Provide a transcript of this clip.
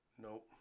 Nope